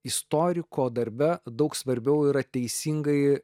istoriko darbe daug svarbiau yra teisingai